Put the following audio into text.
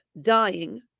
dying